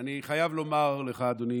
אני חייב לומר לכם, אדוני